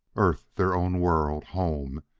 earth their own world home!